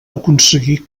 aconseguir